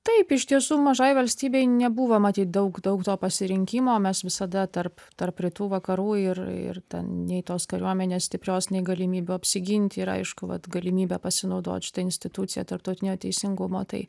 taip iš tiesų mažai valstybei nebuvo maty daug daug to pasirinkimo mes visada tarp tarp rytų vakarų ir ir ten nei tos kariuomenės stiprios nei galimybių apsiginti ir aišku vat galimybė pasinaudot šita institucija tarptautinio teisingumo tai